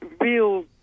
real